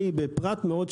היא בפרט מאוד שולי,